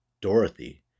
Dorothy